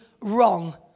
wrong